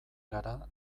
gara